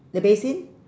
the basin